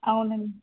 అవునండీ